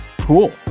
cool